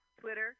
Twitter